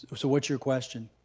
so what's your question?